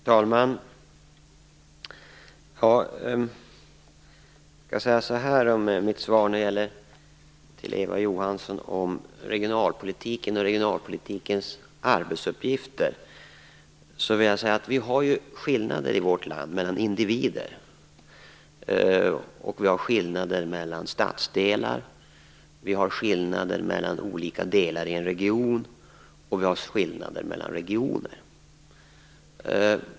Fru talman! När det gäller mitt svar till Eva Johansson om regionalpolitiken och regionalpolitikens uppgifter vill jag säga att vi i vårt land har skillnader mellan individer. Vi har skillnader mellan stadsdelar. Vi har skillnader mellan olika delar i en region och vi har skillnader mellan regioner.